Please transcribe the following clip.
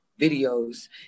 videos